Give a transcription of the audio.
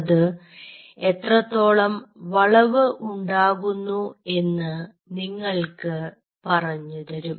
അത് എത്രത്തോളം വളവ് ഉണ്ടാകുന്നു എന്ന് നിങ്ങൾക്ക് പറഞ്ഞു തരും